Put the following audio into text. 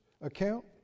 account